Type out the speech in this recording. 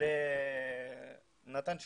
למתן שירותים.